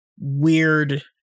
weird